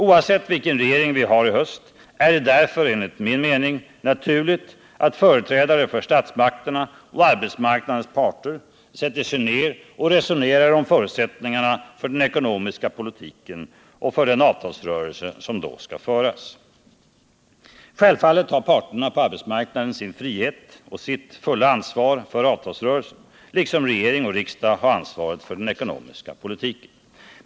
Oavsett vilken regering vi har i höst är det därför enligt min mening naturligt att företrädare för statsmakterna och arbetsmarknadens parter sätter sig ner och resonerar om förutsättningarna för den ekonomiska politiken och för den avtalsrörelse som då skall föras. Självfallet har parterna på arbetsmarknaden sin frihet och sitt fulla ansvar för avtalsrörelsen, liksom regering och riksdag har ansvaret för den ekonomiska politiken.